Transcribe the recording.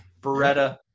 Beretta